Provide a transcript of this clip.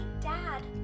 Dad